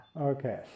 Okay